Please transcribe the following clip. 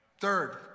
Third